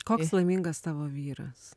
koks laimingas tavo vyras